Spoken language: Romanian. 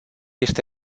este